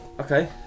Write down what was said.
Okay